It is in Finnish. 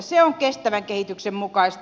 se on kestävän kehityksen mukaista